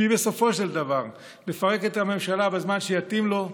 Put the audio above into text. שהיא בסופו של דבר לפרק את הממשלה בזמן שיתאים לו,